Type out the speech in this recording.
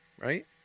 Right